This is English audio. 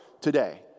today